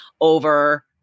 over